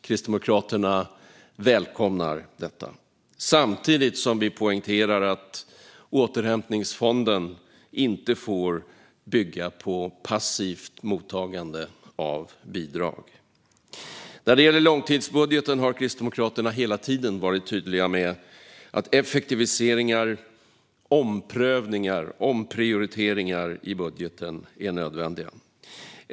Kristdemokraterna välkomnar detta, samtidigt som vi poängterar att återhämtningsfonden inte får bygga på passivt mottagande av bidrag. När det gäller långtidsbudgeten har Kristdemokraterna hela tiden varit tydliga med att effektiviseringar, omprövningar och omprioriteringar i budgeten är nödvändiga.